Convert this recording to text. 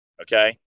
Okay